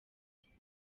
banjye